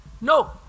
No